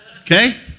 okay